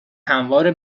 هموار